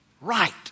right